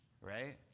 right